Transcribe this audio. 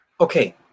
Okay